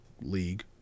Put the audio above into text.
League